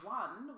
one